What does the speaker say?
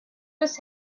was